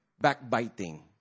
Backbiting